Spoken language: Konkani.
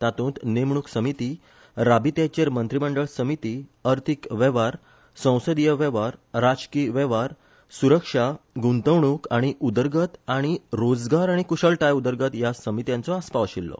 तातुंत नेमणुक समीती राबित्याचेर मंत्रिमंडळ समिती अर्थिक वेव्हार संसदिय वेव्हार राजकी वेव्हार सुरक्षा गुंतवणुक आनी उदरगत आनी रोजगार आनी कुशळताय उदरगत ह्या समीत्यांचो आसपाव आशिल्लो